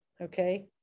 okay